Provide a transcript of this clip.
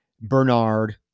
Bernard